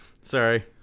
Sorry